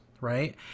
right